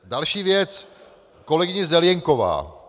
Další věc kolegyně Zelienková.